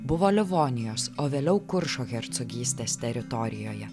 buvo livonijos o vėliau kuršo hercogystės teritorijoje